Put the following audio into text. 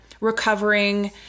recovering